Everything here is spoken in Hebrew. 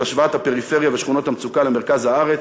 של השוואת הפריפריה ושכונות המצוקה למרכז הארץ.